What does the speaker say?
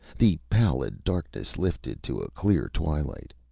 the pallid darkness lifted to a clear twilight.